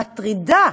מטרידה.